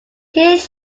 hears